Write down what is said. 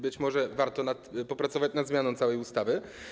Być może warto popracować nad zmianą całej ustawy.